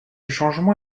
changement